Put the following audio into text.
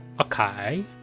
Okay